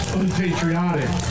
unpatriotic